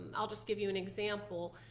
and i'll just give you an example,